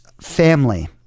family